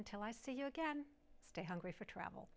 until i see you again stay hungry for travel